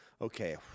okay